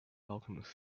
alchemist